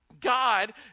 God